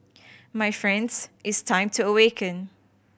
my friends it's time to awaken